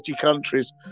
countries